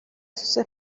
sus